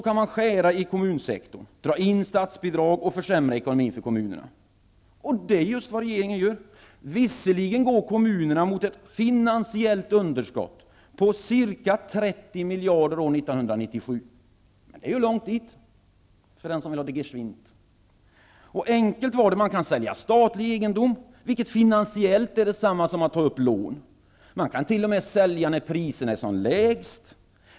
Man kan skära i kommunsektorn. Man kan dra in statsbidrag och försämra ekonomin för kommunerna. Det är just vad regeringen gör. Visserligen går kommunerna mot ett finansiellt underskott på ca 30 miljarder år 1997. Men det är ju långt dit, för den som vill ha det gesvint. Enkelt var det. Man kan sälja statlig egendom, vilket finansiellt är detsamma som att ta upp lån. Man kan t.o.m. sälja när priserna är som lägst.